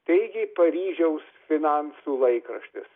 teigė paryžiaus finansų laikraštis